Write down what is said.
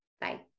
bye